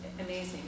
amazing